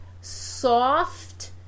soft